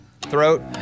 Throat